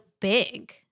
big